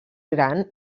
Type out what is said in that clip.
gran